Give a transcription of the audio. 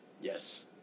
Yes